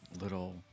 little